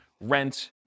rent